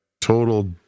total